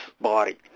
body